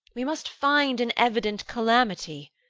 we must find an evident calamity,